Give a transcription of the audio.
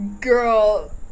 girl